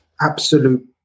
absolute